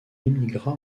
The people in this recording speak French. émigra